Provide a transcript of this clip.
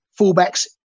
fullbacks